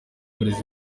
burezi